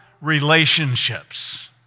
relationships